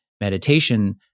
meditation